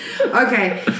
Okay